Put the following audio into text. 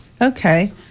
Okay